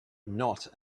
not